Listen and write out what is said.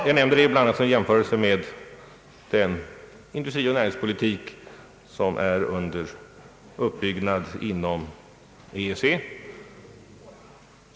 Jag nämnde det bl.a. som jämförelse med den industrioch näringspolitik, som är under uppbyggnad inom EEC.